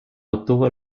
obtuvo